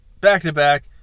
back-to-back